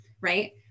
right